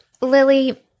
Lily